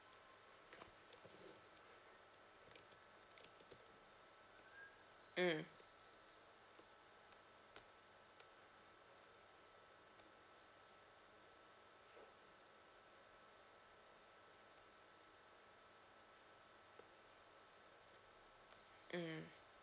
mm mm